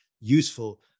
useful